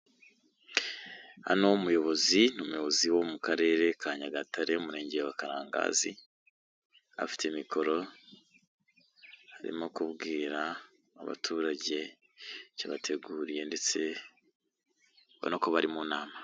Hano umuyobozi n'umuyobozi wo mu karere ka Nyagatare mu murenge wa Karangagazi, afite mikoro arimo kubwira abaturage ikibateguriye ndetse ubona ko bari mu nama.